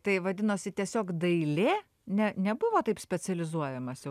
tai vadinosi tiesiog dailė ne nebuvo taip specializuojamasi